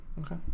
Okay